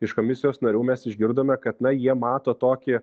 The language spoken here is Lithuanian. iš komisijos narių mes išgirdome kad na jie mato tokį